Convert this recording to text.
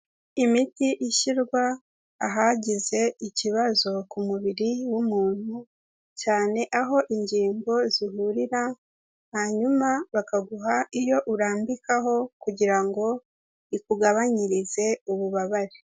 Imiti ishyirwa ahagize ikibazo ku mubiri w'umuntu, cyane aho ingingo zihurira, hanyuma bakaguha iyo urambikaho kugira ngo ikugabanyirize ububabare.